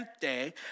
day